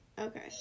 Okay